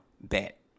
bet